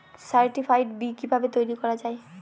Certified বি কিভাবে তৈরি করা যায়?